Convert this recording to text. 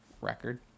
record